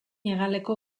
hegaleko